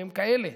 והם כאלה,